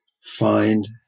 find